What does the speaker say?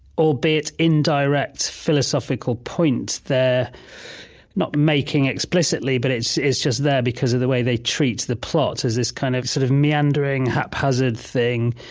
albeit indirect, philosophical point they're not making explicitly, but it's it's just there because of the way they treat the plot as this kind of sort of meandering, haphazard thing,